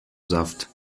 saft